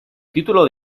título